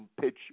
pitch